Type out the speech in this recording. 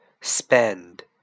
spend